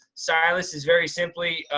silas is very simply,